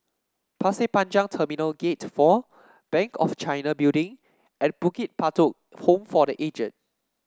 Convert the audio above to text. Pasir Panjang Terminal Gate Four Bank of China Building and Bukit Batok Home for The Aged